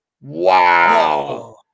Wow